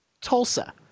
Tulsa